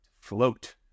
Float